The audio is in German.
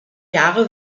jahre